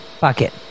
bucket